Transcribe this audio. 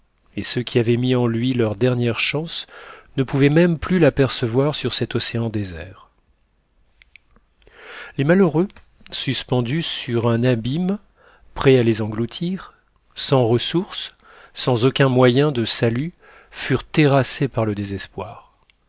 et ceux qui avaient mis en lui leur dernière chance ne pouvaient même plus l'apercevoir sur cet océan désert les malheureux suspendus sur un abîme prêt à les engloutir sans ressources sans aucun moyen de salut furent terrassés par le désespoir